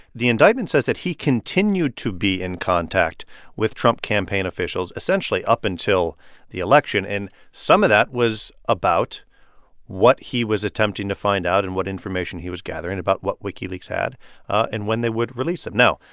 the indictment says that he continued to be in contact with trump campaign officials, essentially, up until the election. and some of that was about what he was attempting to find out and what information he was gathering about what wikileaks had and when they would release it. now,